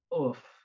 oof